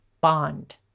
bond